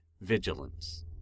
Vigilance